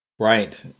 Right